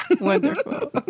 Wonderful